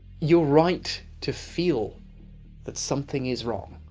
you're right to feel that something is wrong